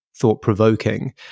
thought-provoking